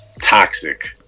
toxic